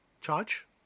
charge